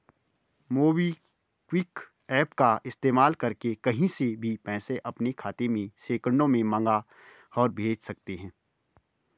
MobiKwik app का इस्तेमाल करके कहीं से भी पैसा अपने खाते में सेकंडों में मंगा और भेज सकते हैं